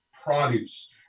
produce